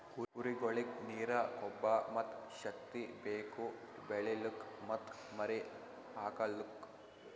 ಕುರಿಗೊಳಿಗ್ ನೀರ, ಕೊಬ್ಬ ಮತ್ತ್ ಶಕ್ತಿ ಬೇಕು ಬೆಳಿಲುಕ್ ಮತ್ತ್ ಮರಿ ಹಾಕಲುಕ್